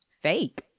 fake